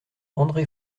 andré